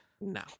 No